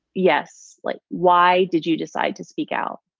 yes. like why did you decide to speak out?